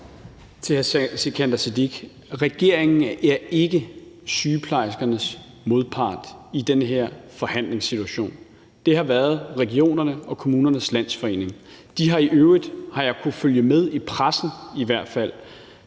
regeringen ikke er sygeplejerskernes modpart i den her forhandlingssituation. Det har været regionerne og Kommunernes Landsforening. For det andet har de i øvrigt – det har jeg i hvert fald